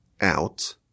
out